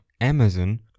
Amazon